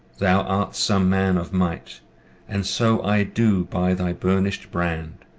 thou art some man of might and so i do by thy burnished brand,